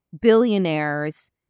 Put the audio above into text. billionaires